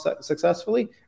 successfully